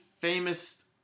famous